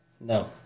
No